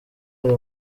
ari